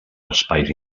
espais